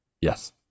Yes